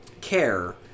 care